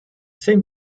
same